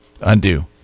undo